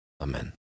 Amen